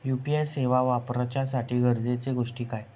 UPI सेवा वापराच्यासाठी गरजेचे गोष्टी काय?